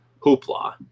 hoopla